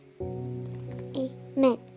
Amen